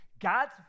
God's